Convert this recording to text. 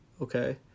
okay